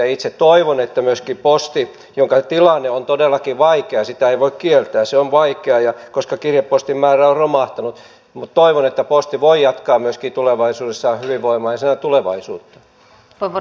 itse toivon että posti jonka tilanne on todellakin vaikea sitä ei voi kieltää se on vaikea koska kirjepostin määrä on romahtanut voi jatkaa myöskin tulevaisuudessa hyvävoimaisena